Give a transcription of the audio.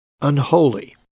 unholy